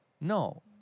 no